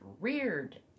reared